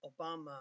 Obama